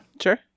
sure